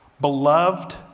Beloved